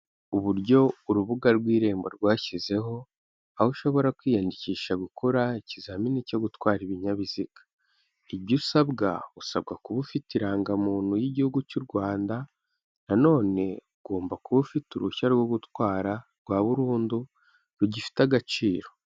Uburyo urubuga rw'irembo rwashyizeho, aho ushobora kwiyandikisha gukora ikizamini cyo gutwara ibinyabiziga. Ibyo usabwa, usabwa kuba ufite irangamuntu y'igihugu cy'u Rwanda. nanone ugomba kuba ufite uruhushya rwo gutwara rwa burundu rugifite agaciro.